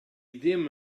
ddim